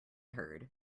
heard